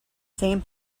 same